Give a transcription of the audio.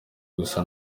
gusa